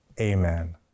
Amen